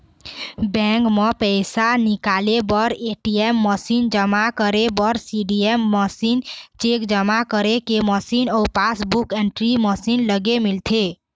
bank म पइसा निकाले बर ए.टी.एम मसीन, जमा करे बर सीडीएम मशीन, चेक जमा करे के मशीन अउ पासबूक एंटरी मशीन लगे मिलथे